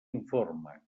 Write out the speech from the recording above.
informe